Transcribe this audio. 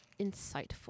insightful